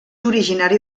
originari